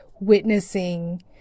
witnessing